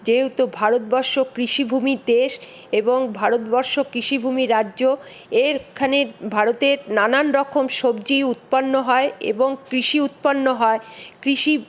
যেহেতু ভারতবর্ষ কৃষিভূমির দেশ এবং ভারতবর্ষ কৃষিভূমি রাজ্য এখানে ভারতে নানান রকম সবজি উৎপন্ন হয় এবং কৃষি উৎপন্ন হয় কৃষি